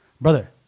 brother